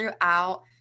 throughout